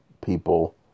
people